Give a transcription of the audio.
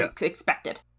expected